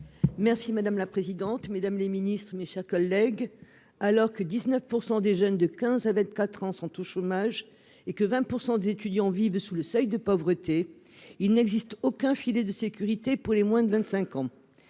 Merci madame la présidente, mesdames les ministres, mes chers collègues, alors que 19 % des jeunes de 15 à 24 ans sont au chômage et que 20 % des étudiants vivent sous le seuil de pauvreté, il n'existe aucun filet de sécurité pour les moins de 25 ans